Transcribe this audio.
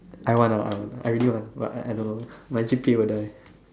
I want ah I want I really want but I I don't know my G_P_A will die